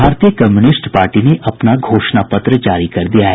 भारतीय communist party ने अपना घोषणा पत्र जारी कर दिया है